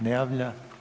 Ne javlja?